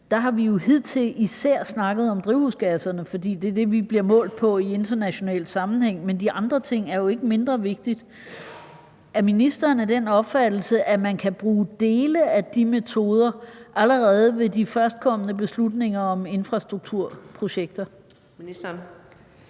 Der har vi jo hidtil især snakket om drivhusgasserne, for det er det, vi bliver målt på i international sammenhæng, men de andre ting er jo ikke mindre vigtige. Er ministeren af den opfattelse, at man kan bruge dele af de metoder allerede ved de førstkommende beslutninger om infrastrukturprojekter? Kl.